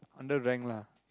under rank lah